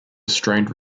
strained